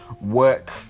work